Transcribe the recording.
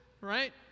right